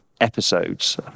Episodes